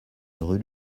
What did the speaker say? rue